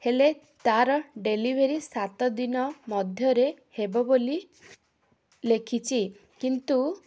ହେଲେ ତାର ଡେଲିଭରି ସାତ ଦିନ ମଧ୍ୟରେ ହେବ ବୋଲି ଲେଖିଛି କିନ୍ତୁ